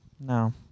No